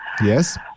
Yes